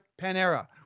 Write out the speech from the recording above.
Panera